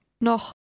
Noch